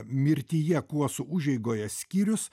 mirtyje kuosų užeigoje skyrius